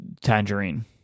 tangerine